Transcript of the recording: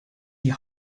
die